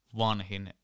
vanhin